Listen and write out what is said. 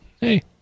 hey